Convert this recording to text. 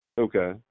okay